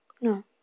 No